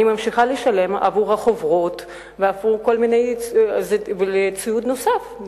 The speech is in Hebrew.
אני ממשיכה לשלם עבור חוברות ועבור ציוד נוסף.